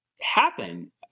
happen